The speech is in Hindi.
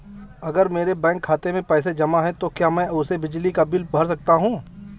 अगर मेरे बैंक खाते में पैसे जमा है तो क्या मैं उसे बिजली का बिल भर सकता हूं?